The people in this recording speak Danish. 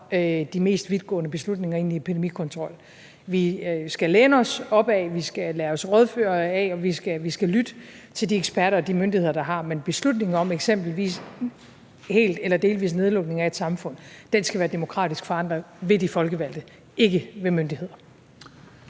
de mest vidtgående beslutninger i forbindelse med en epidemikontrol. Vi skal læne os op ad, vi skal lade os rådføre af, og vi skal lytte til de eksperter og myndigheder, vi har, men beslutningen om eksempelvis hel eller delvis nedlukning af et samfund skal være demokratisk forankret ved de folkevalgte, ikke ved myndigheder.